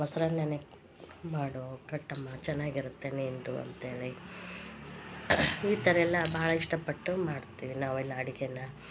ಮೊಸ್ರನ್ನಾನೇ ಮಾಡು ಕಟ್ಟಮ್ಮ ಚೆನ್ನಾಗಿರುತ್ತೆ ನಿನ್ನದು ಅಂತ ಹೇಳಿ ಈ ಥರ ಎಲ್ಲ ಭಾಳ ಇಷ್ಟ ಪಟ್ಟು ಮಾಡ್ತೀವಿ ನಾವೆಲ್ಲ ಅಡುಗೆನ